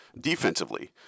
defensively